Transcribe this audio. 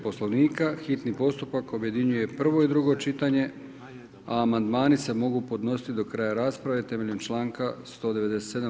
Poslovnika, hitno postupak objedinjuje prvo i drugo čitanje, a amandmani se mogu podnositi do kraja rasprave temeljem čl. 197.